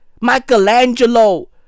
Michelangelo